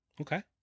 Okay